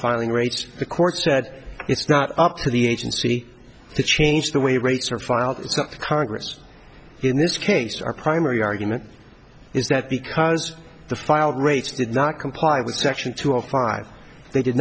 filing rates the court said it's not up to the agency to change the way rates are filed it's up to congress in this case our primary argument is that because the filed rates did not comply with section two of five they did